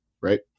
right